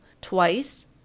Twice